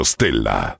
Stella